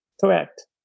Correct